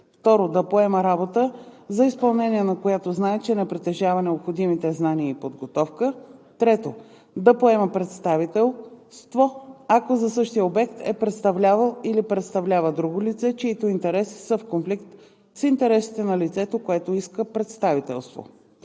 2. да поема работа, за изпълнението на която знае, че не притежава необходимите знания и подготовка; 3. да поема представителство, ако за същия обект е представлявал или представлява друго лице, чиито интереси са в конфликт с интересите на лицето, което иска представителство.